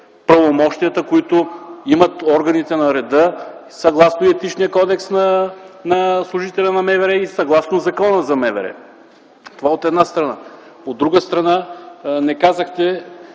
правомощията, които имат органите на реда съгласно Етичния кодекс на служителя на МВР и съгласно Закона за МВР. Това е от една страна. От друга страна, не казахте